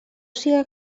siga